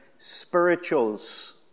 Spirituals